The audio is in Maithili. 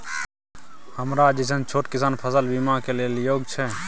हमरा जैसन छोट किसान फसल बीमा के लिए योग्य छै?